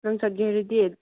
ꯅꯪ ꯆꯠꯀꯦ ꯍꯥꯏꯔꯗꯤ